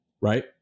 right